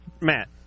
Matt